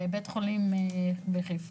בית חולים בחיפה,